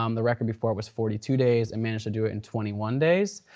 um the record before was forty two days. i managed to do it in twenty one days.